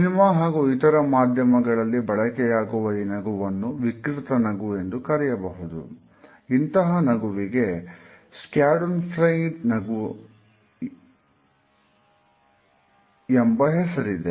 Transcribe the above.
cinema ಹಾಗೂ ಇತರ ಮಾಧ್ಯಮಗಳಲ್ಲಿ ಬಳಕೆಯಾಗುವ ಈ ನಗುವನ್ನು ವಿಕೃತ ನಗು ನಗು ಎಂಬ ಹೆಸರಿದೆ